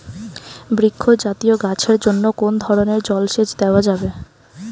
বৃক্ষ জাতীয় গাছের জন্য কোন ধরণের জল সেচ দেওয়া যাবে?